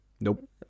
nope